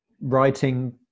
writing